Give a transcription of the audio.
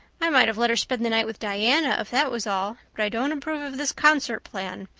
i might have let her spend the night with diana, if that was all. but i don't approve of this concert plan.